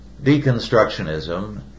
Deconstructionism